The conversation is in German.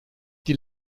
die